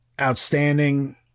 outstanding